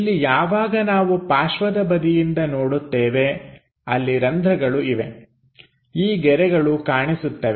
ಇಲ್ಲಿ ಯಾವಾಗ ನಾವು ಪಾರ್ಶ್ವದ ಬದಿಯಿಂದ ನೋಡುತ್ತೇವೆ ಅಲ್ಲಿ ರಂಧ್ರಗಳು ಇವೆ ಈ ಗೆರೆಗಳು ಕಾಣಿಸುತ್ತವೆ